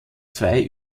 zwei